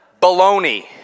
Baloney